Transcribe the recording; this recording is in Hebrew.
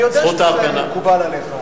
אני יודע שזה מקובל עליך.